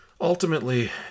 ultimately